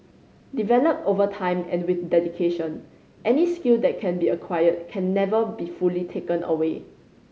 developed over time and with dedication any skill that can be acquired can never be fully taken away